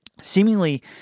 Seemingly